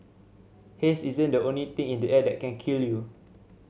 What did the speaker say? haze isn't the only thing in the air that can kill you